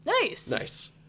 nice